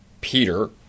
Peter